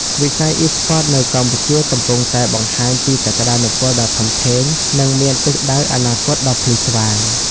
វិស័យអុីស្ព័តនៅកម្ពុជាកំពុងតែបង្ហាញពីសក្តានុពលដ៏ធំធេង និងមានទិសដៅអនាគតដ៏ភ្លឺស្វាង។